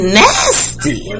nasty